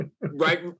Right